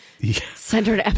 centered